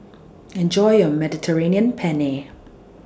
Enjoy your Mediterranean Penne